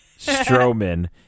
Strowman